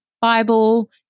Bible